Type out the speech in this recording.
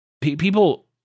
People